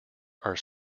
are